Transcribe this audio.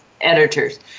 editors